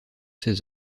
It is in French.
ses